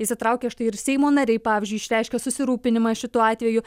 įsitraukia štai ir seimo nariai pavyzdžiui išreiškė susirūpinimą šituo atveju